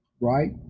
right